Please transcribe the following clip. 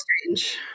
strange